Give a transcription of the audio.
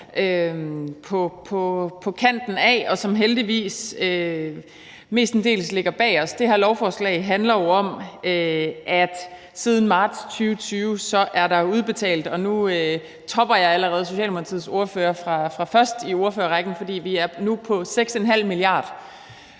på kanten af, og som heldigvis mestendels ligger bag os. Det her lovforslag handler jo om, at der siden marts 2020 er udbetalt – og nu topper jeg allerede Socialdemokratiets ordfører fra først i ordførerrækken – 6,5 mia. kr.